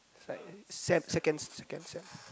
it's like sem~ second second sem